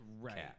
Right